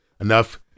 enough